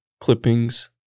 clippings